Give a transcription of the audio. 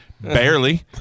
Barely